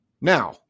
Now